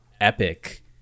epic